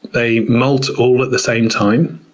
they molt all at the same time.